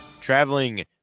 traveling